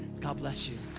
god bless you.